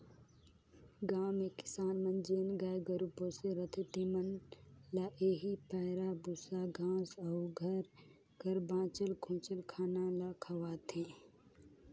गाँव में किसान मन जेन गाय गरू पोसे रहथें तेमन ल एही पैरा, बूसा, घांस अउ घर कर बांचल खोंचल खाना ल खवाथें